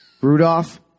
Rudolph